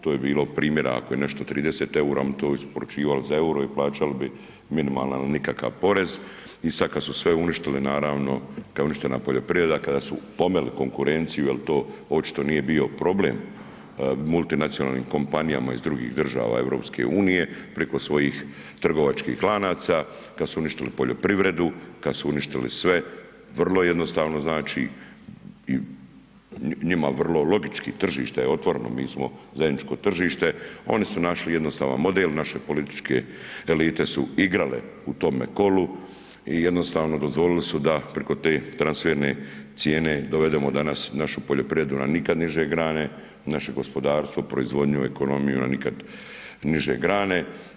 To je bilo primjer ako je nešto 30 eura oni su to isporučivali za euro i plaćali bi minimalan ili nikakav porez i sada su sve uništili, kada je uništena poljoprivreda, kada su pomeli konkurenciju jel to očito nije bio problem multinacionalnim kompanijama iz drugih država EU preko svojih trgovačkih lanaca, kada su uništili poljoprivredu, kada su uništili sve vrlo jednostavno i njima vrlo logički tržište je otvoreno, mi smo zajedničko tržite oni su našli jednostavan model naše političke elite su igrale u tome kolu i jednostavno su dozvolili da preko te transferne cijene dovedemo danas našu poljoprivredu na nikad niže grane, naše gospodarstvo, proizvodnju, ekonomiju na nikad niže grane.